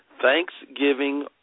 Thanksgiving